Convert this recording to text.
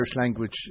language